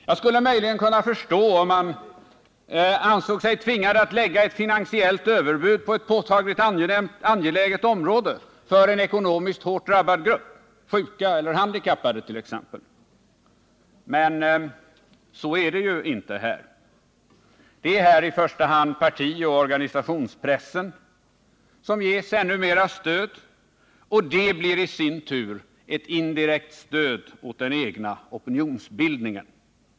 Jag skulle möjligen kunna förstå utskottet, om man ansett sig tvingad att framlägga ett finansiellt överbud på ett påtagligt angeläget område eller för en hårt drabbad grupp — sjuka eller handikappade t.ex. Men så är ju inte fallet här. Det är i första hand partioch organisationspressen som ges ännu mer stöd, och det blir i sin tur ett indirekt stöd åt den egna opinionsbildningen.